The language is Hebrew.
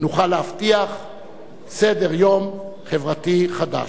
נוכל להבטיח סדר-יום חברתי חדש.